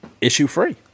issue-free